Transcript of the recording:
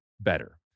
better